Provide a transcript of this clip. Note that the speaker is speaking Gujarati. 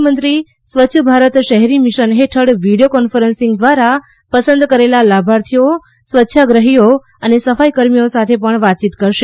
પ્રધાનમંત્રી સ્વચ્છ ભારત શહેરી મિશન હેઠળ વિડીયો કોન્ફરન્સ દ્વારા પસંદ કરેલા લાભાર્થીઓ સ્વચ્છાગ્રહીઓ અને સફાઇકાર્મીઓ સાથે પણ વાતચીત કરશે